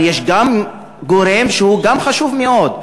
אבל יש גורם שגם הוא חשוב מאוד,